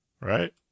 right